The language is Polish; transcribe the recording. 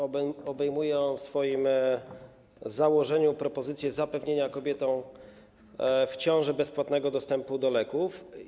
Obejmuje on w swoim założeniu propozycję zapewnienia kobietom w ciąży bezpłatnego dostępu do leków.